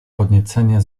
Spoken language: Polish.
podniecenie